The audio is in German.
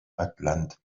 atlantik